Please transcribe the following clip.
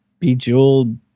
bejeweled